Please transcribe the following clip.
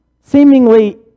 seemingly